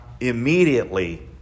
immediately